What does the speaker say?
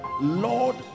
Lord